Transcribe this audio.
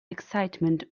excitement